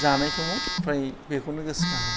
जानाय समाव फ्राय बेखौनो गोसोखाङो